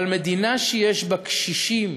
אבל מדינה שיש בה קשישים